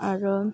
आरो